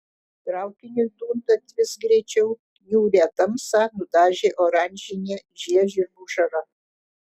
traukiniui dundant vis greičiau niūrią tamsą nudažė oranžinė žiežirbų žara